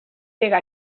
pega